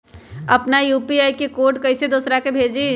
अपना यू.पी.आई के कोड कईसे दूसरा के भेजी?